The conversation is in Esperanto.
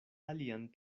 alian